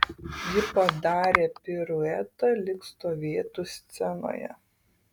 ji padarė piruetą lyg stovėtų scenoje